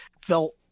felt